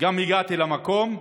הגעתי למקום,